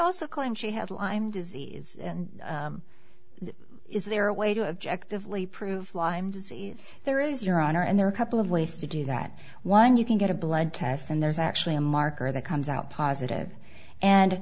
also claimed she had lyme disease and is there a way to objective lee prove lyme disease there is your honor and there are a couple of ways to do that one you can get a blood test and there's actually a marker that comes out positive and